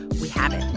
we have it.